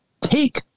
take